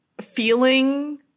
feeling